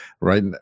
right